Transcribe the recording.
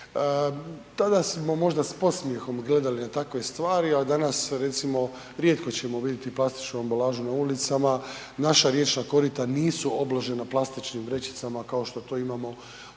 tada smo možda s podsmjehom gledali na takve stvari, ali danas recimo rijetko ćemo vidjeti plastičnu ambalažu na ulicama, naša riječna korita nisu obložena plastičnim vrećicama kao što to imamo u